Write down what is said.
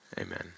Amen